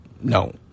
No